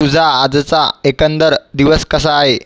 तुझा आजचा एकंदर दिवस कसा आहे